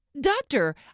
Doctor